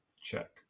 Check